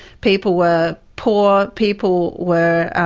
people were poor, people were.